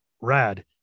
rad